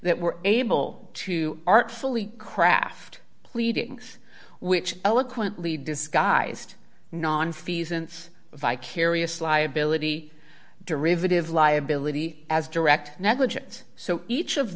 that were able to artfully craft pleadings which eloquently disguised nonfeasance vicarious liability derivative liability as direct negligence so each of